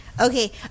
Okay